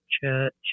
church